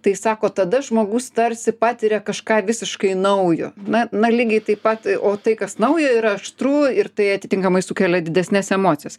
tai sako tada žmogus tarsi patiria kažką visiškai naujo na na lygiai taip pat o tai kas nauja yra aštru ir tai atitinkamai sukelia didesnes emocijas